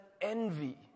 envy